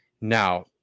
Now